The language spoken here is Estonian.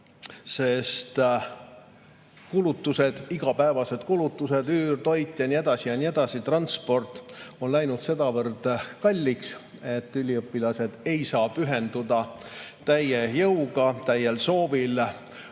sest kulutused, igapäevased kulutused – üür, toit, transport ja nii edasi –, on läinud sedavõrd kalliks, et üliõpilased ei saa pühenduda täie jõu ja täie sooviga